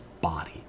body